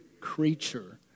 creature